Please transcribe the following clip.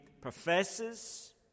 professes